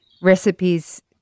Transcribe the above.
recipes